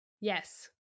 Yes